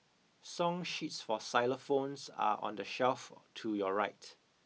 song sheets for xylophones are on the shelf to your right